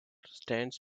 stands